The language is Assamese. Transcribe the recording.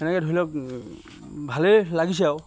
তেনেকে ধৰি লওক ভালেই লাগিছে আও